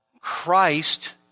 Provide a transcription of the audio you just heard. Christ